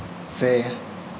ᱥᱮ